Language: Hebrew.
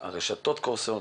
הרשתות קורסות